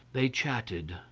they chatted,